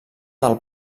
del